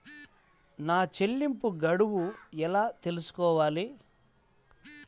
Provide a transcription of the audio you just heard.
నా చెల్లింపు గడువు ఎలా తెలుసుకోవాలి?